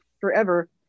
forever